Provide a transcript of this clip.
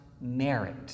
merit